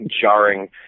jarring